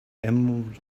emerald